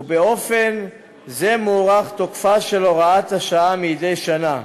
ובאופן זה מוארך תוקפה של הוראת השעה מדי שנה.